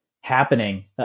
happening